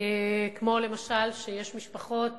כמו למשל שיש משפחות